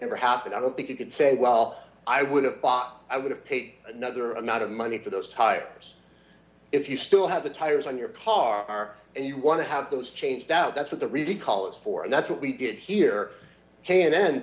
ever happened i don't think you could say well i would have bought i would have paid another amount of money for those tires if you still have the tires on your car and you want to have those changed out that's what the recall is for and that's what we did here